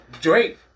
Drake